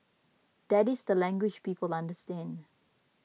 that is the language people understand